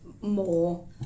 more